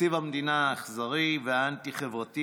תקציב המדינה האכזרי והאנטי-חברתי